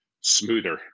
smoother